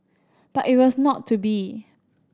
but it was not to be